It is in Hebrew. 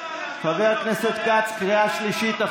חבר הכנסת כץ, קריאה שלישית.